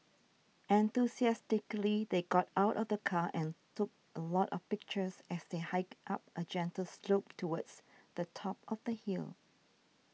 enthusiastically they got out of the car and took a lot of pictures as they hiked up a gentle slope towards the top of the hill